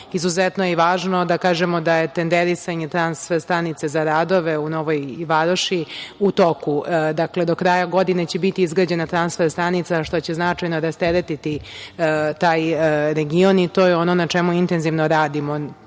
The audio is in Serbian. izuzetno je važno da kažemo da je tenderisanje transfer stanice za radove u Novoj Varoši u toku. Dakle, do kraja godine će biti izgrađena transfer stanica, što će značajno rasteretiti taj region i to je ono na čemu intenzivno radimo.